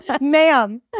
ma'am